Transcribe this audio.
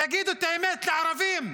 תגידו את האמת לערבים,